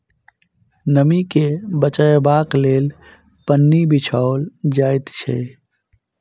नमीं के बचयबाक लेल पन्नी बिछाओल जाइत छै